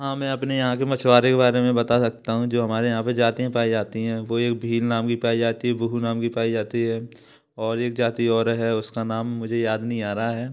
हाँ मैं अपने यहाँ के मछुआरे के बारे में बता सकता हूँ जो हमारे यहाँ पर जातियाँ पाई जाती हैं वो एक भील नाम की पाई जाती है बुहू नाम की पाई जाती है और एक जाति और है उसका नाम मुझे याद नहीं आ रहा है